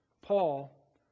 Paul